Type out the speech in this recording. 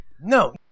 No